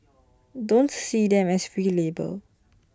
don't see them as free labour